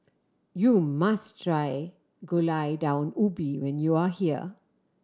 you must try Gulai Daun Ubi when you are here